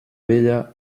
vella